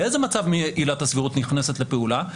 באיזה מצב עילת הסבירות נכנסת לפעולה?